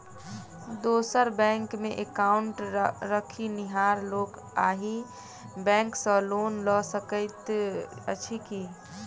दोसर बैंकमे एकाउन्ट रखनिहार लोक अहि बैंक सँ लोन लऽ सकैत अछि की?